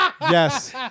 Yes